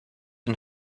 and